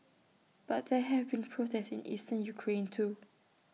but there have been protests in eastern Ukraine too